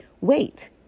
wait